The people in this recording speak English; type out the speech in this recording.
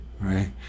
Right